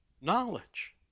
knowledge